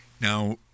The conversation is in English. Now